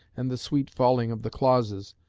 and the sweet falling of the clauses,